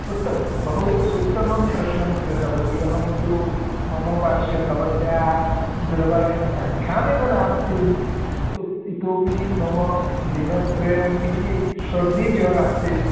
उत्तमं बहु उत्तमं प्रश्नं कृतवती अहन्तु मम पार्श्वे भवत्या दूरवाणीसङ्ख्या एव नास्ति इ इतोऽपि मम दिनत्रयं किञ्चित् शर्दिज्वरः आसीत्